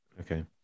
Okay